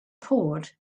poured